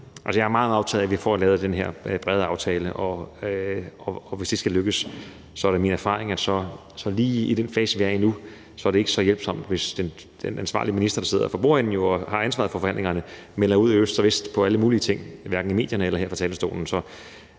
meget, meget optaget af, at vi får lavet den her brede aftale, og hvis det skal lykkes, er det min erfaring, at det lige i den fase, vi er i nu, ikke er hjælpsomt, hvis den ansvarlige minister, der sidder for bordenden og jo har ansvaret for forhandlingerne, melder ud i øst og vest på alle mulige ting i medierne eller her på talerstolen. Så